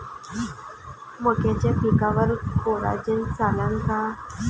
मक्याच्या पिकावर कोराजेन चालन का?